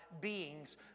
beings